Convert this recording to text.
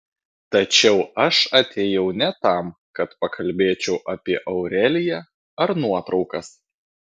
tačiau aš atėjau ne tam kad pakalbėčiau apie aureliją ar nuotraukas